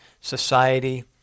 society